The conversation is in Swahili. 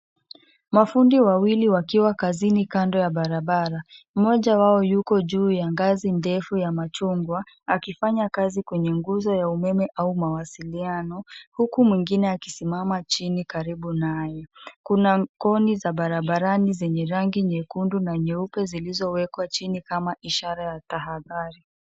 Mafundi wawili wakiwa kazini kando ya barabara. Mmoja wao yuko juu ya ngazi ndefu ya machungwa, akifanya kazi kwenye nguzo ya umeme ama mawasiliano, huku mwingine akisimama chini karibu naye. Kuna koni za barabarani zenye rangi nyekundu na nyeupe, zilizowekwa chini kama ishara ya tahadhari.